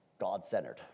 God-centered